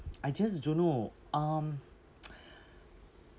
I just don't know um